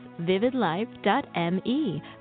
vividlife.me